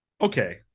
Okay